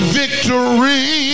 victory